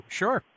sure